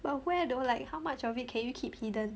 but where though like how much of it can you keep hidden